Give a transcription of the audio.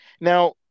now